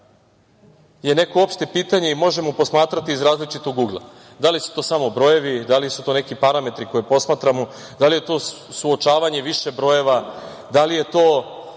je neko opšte pitanje i možemo posmatrati iz različitog ugla – da li su to samo brojevi, da li su to neki parametri koje posmatramo, da li je to suočavanje više brojeva, da li je to